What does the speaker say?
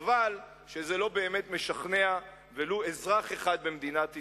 חבל שזה לא באמת משכנע אף לא אזרח אחד במדינת ישראל,